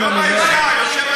אנא ממך.